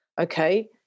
okay